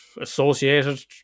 Associated